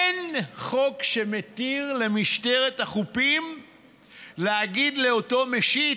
אין חוק שמתיר למשטרת החופים להגיד לאותו משיט: